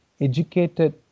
educated